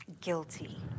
guilty